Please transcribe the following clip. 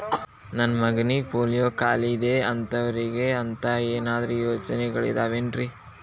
ನನ್ನ ಮಗನಿಗ ಪೋಲಿಯೋ ಕಾಲಿದೆ ಅಂತವರಿಗ ಅಂತ ಏನಾದರೂ ಯೋಜನೆಗಳಿದಾವೇನ್ರಿ?